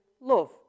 love